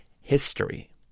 history